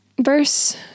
verse